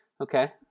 Okay